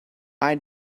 why